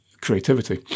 creativity